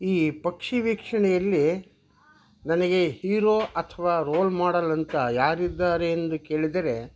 ಈ ಪಕ್ಷಿ ವೀಕ್ಷಣೆಯಲ್ಲಿ ನನಗೆ ಹೀರೋ ಅಥವಾ ರೋಲ್ ಮಾಡಲ್ ಅಂತ ಯಾರಿದ್ದಾರೆ ಎಂದು ಕೇಳಿದರೆ